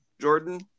Jordan